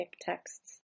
texts